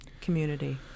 community